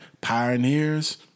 pioneers